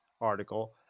article